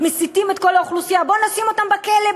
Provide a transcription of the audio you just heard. מסיתים את כל האוכלוסייה: בואו נשים אותם בכלא,